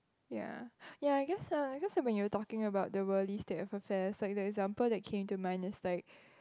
ya ya I guess I guess when you were talking the worldly state of affairs like the example that came into mind is like